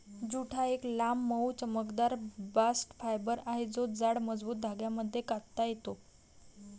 jute हा एक लांब, मऊ, चमकदार बास्ट फायबर आहे जो जाड, मजबूत धाग्यांमध्ये कातता येतो